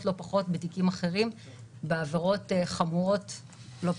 לא פחות בתיקים אחרים בעבירות חמורות לא פחות.